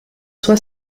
sua